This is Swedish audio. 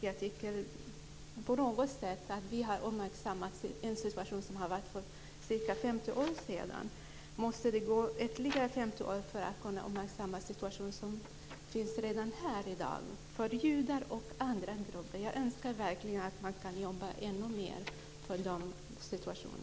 Jag tycker på något sätt att vi har uppmärksammat en situation som var för ca 50 år sedan. Måste det gå ytterligare 50 år för att kunna uppmärksamma en situation som finns redan i dag för judar och andra grupper? Jag önskar verkligen att man kan jobba ännu mer för deras situation.